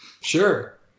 Sure